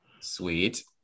Sweet